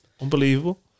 Unbelievable